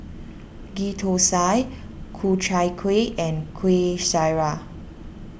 Ghee Thosai Ku Chai Kueh and Kueh Syara